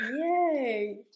Yay